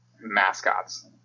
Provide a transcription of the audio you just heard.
mascots